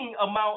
amount